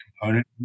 component